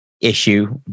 issue